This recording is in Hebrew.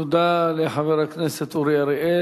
תודה לחבר הכנסת